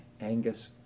Angus